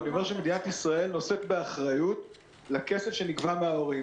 אני אומר שמדינת ישראל נושאת באחריות לכסף שנגבה מן ההורים.